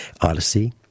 Odyssey